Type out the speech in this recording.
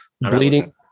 Bleeding